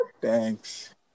Thanks